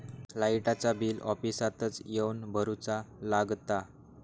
लाईटाचा बिल ऑफिसातच येवन भरुचा लागता?